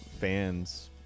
fans